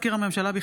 הצעת חוק דמי מחלה (היעדרות בשל מחלת ילד)